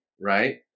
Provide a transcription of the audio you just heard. right